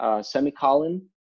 semicolon